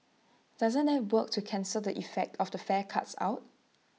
doesn't that work to cancel the effect of the fare cuts out